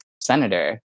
senator